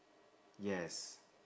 yes